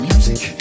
Music